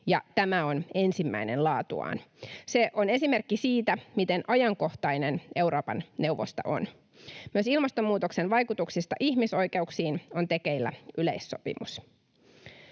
tämä on ensimmäinen laatuaan. Se on esimerkki siitä, miten ajankohtainen Euroopan neuvosto on. Myös ilmastonmuutoksen vaikutuksista ihmisoikeuksiin on tekeillä yleissopimus.